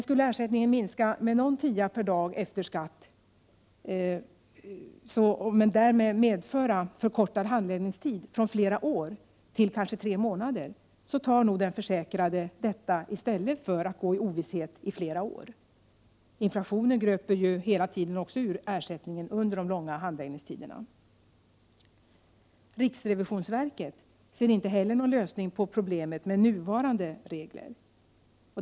Skulle ersättningen minska med någon tia per dag efter skatt men därmed också medföra en förkortad handläggningstid, från flera år till kanske tre månader, föredrar nog den försäkrade detta i stället för att gå i ovisshet i flera år. Inflationen gröper ju också hela tiden ur ersättningen under den långa handläggningen. Riksrevisionsverket ser inte heller någon lösning på problemet med nuvarande regler.